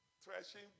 threshing